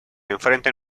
enfrentan